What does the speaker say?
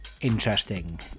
interesting